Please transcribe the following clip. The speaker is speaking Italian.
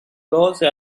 cose